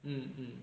mm mm